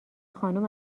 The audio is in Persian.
خانم